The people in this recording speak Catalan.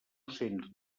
cents